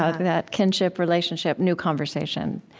ah that kinship relationship, new conversation.